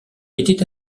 était